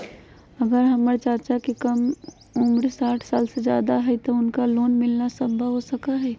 अगर हमर चाचा के उम्र साठ साल से जादे हइ तो उनका लोन मिलना संभव हो सको हइ?